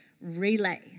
relay